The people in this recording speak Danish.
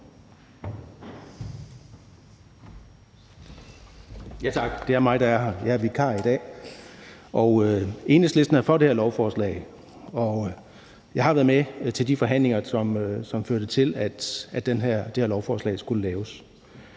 Rasmussen (EL): Tak. Ja, jeg er vikar i dag. Enhedslisten er for det her lovforslag, og jeg har været med til de forhandlinger, som førte til, at det her lovforslag skulle laves.